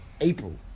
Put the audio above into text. April